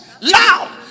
loud